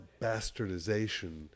bastardization